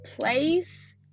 place